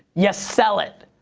ya sell it.